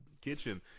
Kitchen